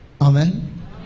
amen